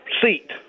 seat